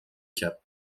caps